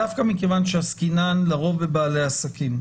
דווקא מכיוון שעסקינן לרוב בבעלי עסקים.